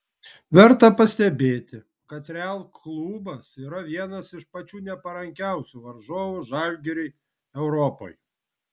verta pastebėti kad real klubas yra vienas iš pačių neparankiausių varžovų žalgiriui europoje